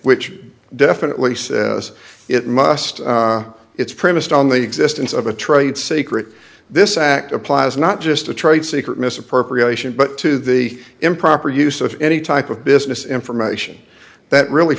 which definitely says it must it's premised on the existence of a trade secret this act applies not just a trade secret misappropriation but to the improper use of any type of business information that really